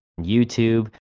YouTube